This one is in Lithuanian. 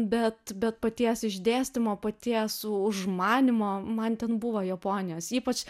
bet bet paties išdėstymo pati esu užmanymo man ten buvo japonijos ypač